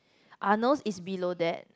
Arnold's is below that